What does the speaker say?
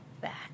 back